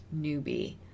newbie